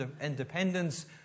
independence